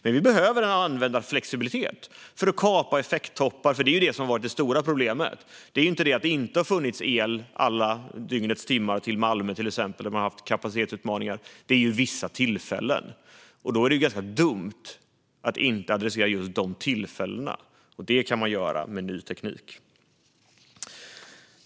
Men vi behöver en användarflexibilitet för att kapa effekttoppar, för det är det som har varit det stora problemet. Det är ju inte så att det har saknats el under alla dygnets timmar till Malmö, till exempel, där man har haft kapacitetsutmaningar. Det är vissa tillfällen, och då är det ganska dumt att inte adressera just dessa tillfällen. Det kan man göra med ny teknik.